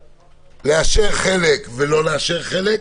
לאשר חלק ולא לאשר חלק,